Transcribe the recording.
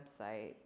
website